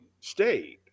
stayed